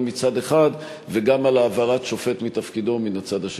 מצד אחד וגם על העברת שופט מתפקידו מן הצד השני.